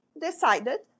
decided